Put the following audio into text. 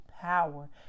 power